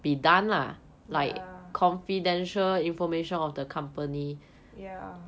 yeah yeah